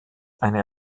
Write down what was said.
eine